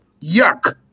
Yuck